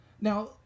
now